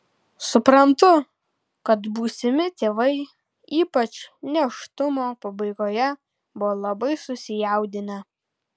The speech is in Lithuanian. suprantu kad būsimi tėvai ypač nėštumo pabaigoje buvo labai susijaudinę